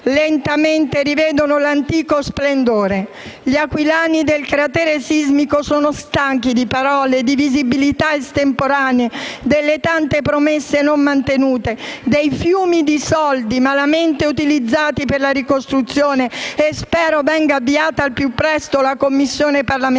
lentamente rivedono l'antico splendore. Gli aquilani del cratere sismico sono stanchi di parole, di visibilità estemporanee, delle tante promesse non mantenute, dei fiumi di soldi malamente utilizzati per la ricostruzione e spero venga avviata al più presto la Commissione parlamentare